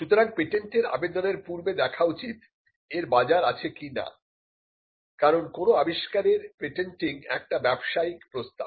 সুতরাং পেটেন্টের আবেদনের পূর্বে দেখা উচিত এর বাজার আছে কি না কারণ কোন আবিষ্কারের পেটেন্টিং একটি ব্যবসায়িক প্রস্তাব